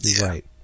right